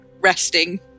Resting